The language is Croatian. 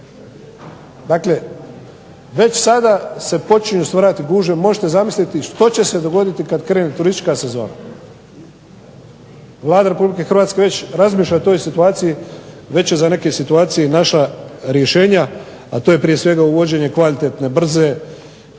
Dakle već sada se počinju stvarati gužve, možete zamisliti što će se dogoditi kad krene turistička sezona. Vlada Republike Hrvatske već razmišlja o toj situaciji, već je za neke situacije i našla rješenja, a to je prije svega uvođenje kvalitetne, brze